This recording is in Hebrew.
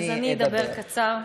אני אדבר קצר מאוד.